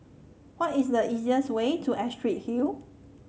what is the easiest way to Astrid Hill